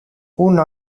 una